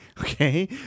Okay